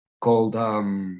called